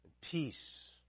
peace